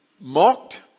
mocked